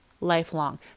lifelong